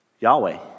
Yahweh